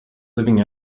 living